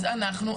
אז אנחנו,